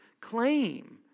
claim